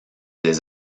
des